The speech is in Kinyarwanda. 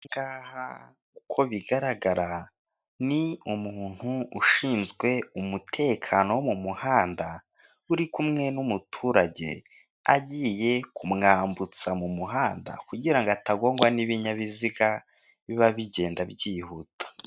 Ahangaha uko bigaragara ni umuntu ushinzwe umutekano wo mu muhanda uri kumwe n'umuturage, agiye kumwambutsa mu muhanda kugirango atagongwa n'ibinyabiziga biba bigenda byihuta.